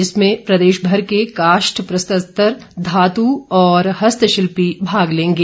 इसमें प्रदेश भर के काष्ठ प्रस्तर धातु और हस्तशिल्पी भाग लेंगे